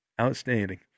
Outstanding